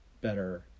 better